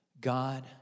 God